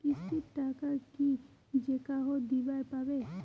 কিস্তির টাকা কি যেকাহো দিবার পাবে?